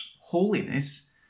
holiness